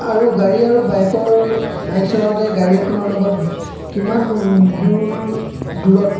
আৰু গাড়ী আৰু বাইকৰ বাইক চলাওঁতে গাড়ী এখনৰ লগত কিমান দূৰ দূৰত